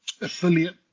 affiliate